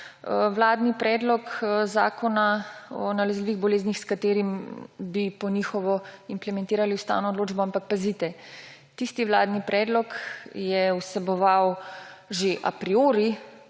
vladni predlog zakona o nalezljivih boleznih, s katerim bi po njihovo implementirali ustavno odločbo. Ampak, pazite!, tisti vladni predlog je vseboval že a priori